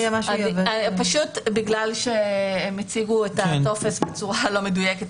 פשוט בגלל שהם הציגו את הטופס בצורה לא מדויקת.